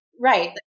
right